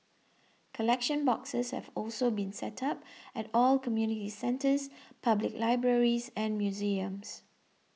collection boxes have also been set up at all community centres public libraries and museums